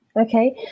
Okay